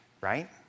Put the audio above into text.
right